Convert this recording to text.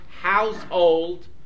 household